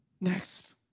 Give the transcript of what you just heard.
Next